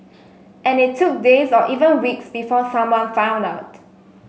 and it took days or even weeks before someone found out